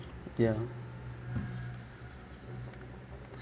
ya